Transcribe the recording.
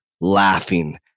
laughing